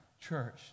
church